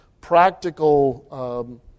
practical